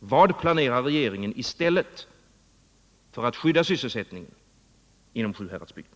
Vad planerar regeringen i stället för att skydda sysselsättningen inom Sjuhäradsbygden?